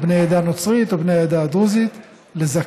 בני עדה נוצרית או בני העדה הדרוזית לזכאים,